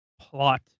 plot